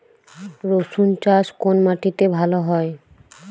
রুসুন চাষ কোন মাটিতে ভালো হয়?